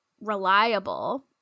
reliable